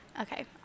Okay